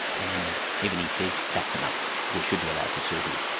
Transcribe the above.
and evony says that's enough, we should be allowed to sue here.